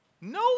No